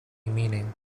meaning